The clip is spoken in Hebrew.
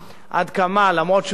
אף שהוא לכאורה חזק,